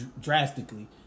drastically